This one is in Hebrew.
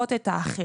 לראות את האחר.